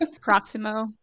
Proximo